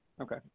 okay